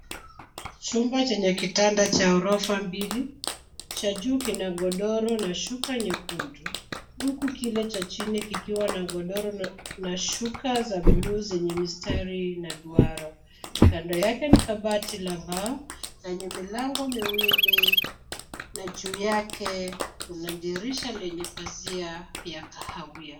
Chumba chenye kitanda cha gorofa mbili, cha juu kina godoro na shuka nyekundu huku kile cha chini kikiwa na godoro na shuka za bluu zenye mistari na duara. Kando yake ni kabati la mbao lenye milango miwili na juu yake kuna dirisha lenye pazia ya kahawia.